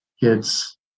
kids